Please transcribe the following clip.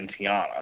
Tiana